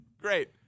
Great